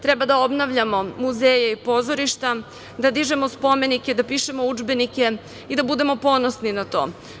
Treba da obnavljamo muzeje i pozorišta, da dižemo spomenike, da pišemo udžbenike i da budemo ponosni na to.